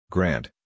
Grant